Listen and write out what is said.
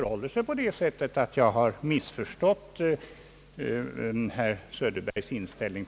Herr talman!